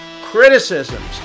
criticisms